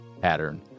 pattern